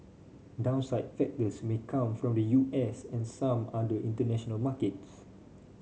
downside factors may come from the U S and some other international markets